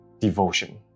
devotion